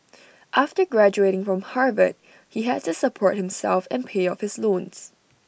after graduating from Harvard he had to support himself and pay off his loans